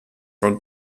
for